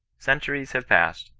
centuries have passed,